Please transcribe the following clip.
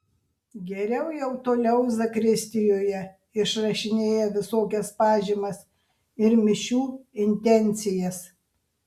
geriau jau toliau zakristijoje išrašinėja visokias pažymas ir mišių intencijas